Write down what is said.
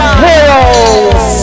heroes